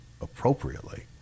appropriately